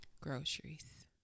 Groceries